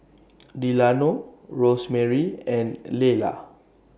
Delano Rosemarie and Lelah